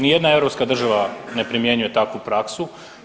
Ni jedna europska država ne primjenjuje takvu praksu.